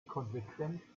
konsequent